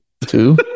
Two